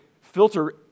filter